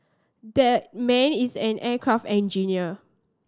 that man is an aircraft engineer